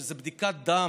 שזאת בדיקת דם